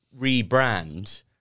rebrand